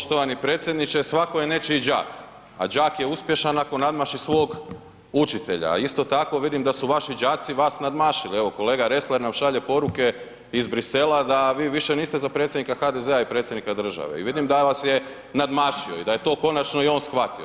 Poštovani predsjedniče svatko je nečiji đak, a đak je uspješan ako nadmaši svoj učitelja, a isto tako vidim da su vaši đaci vas nadmašili, evo kolega Ressler nam šalje poruke iz Bruxellesa da vi više niste za predsjednika HDZ-a i predsjednika države i vidim da vas je nadmašio i da je to konačno i on shvatio.